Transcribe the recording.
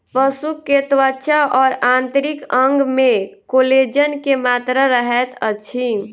पशु के त्वचा और आंतरिक अंग में कोलेजन के मात्रा रहैत अछि